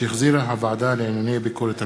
שהחזירה הוועדה לענייני ביקורת המדינה.